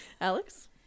alex